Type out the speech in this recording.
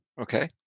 Okay